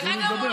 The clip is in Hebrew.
תנו לי לדבר.